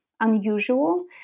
unusual